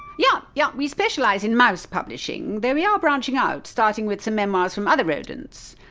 yeah yup, we specialise in mouse publishing, though we are branching out, starting with some memoirs from other rodents.